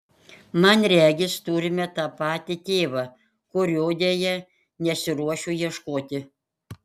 man regis turime tą patį tėvą kurio deja nesiruošiu ieškoti